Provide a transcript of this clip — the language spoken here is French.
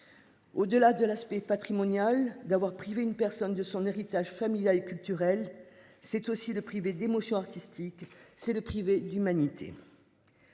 Au-delà de l'aspect patrimonial d'avoir privé une personne de son héritage familial et culturel, c'est aussi le priver d'émotion artistique c'est le privé d'humanité.